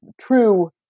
true